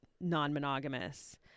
non-monogamous